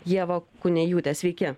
ievą kunejūtę sveiki